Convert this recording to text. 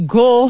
go